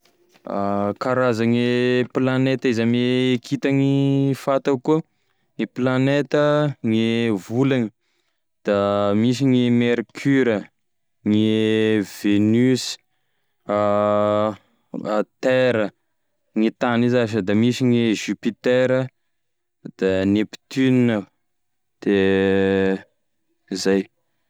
Karazane planeta izy ame kintany fantako koa: e olaneta gne volagny da misy gne mercure, gne venus, terre, gne tany io zash, da misy gne jupiter, neptune de zay.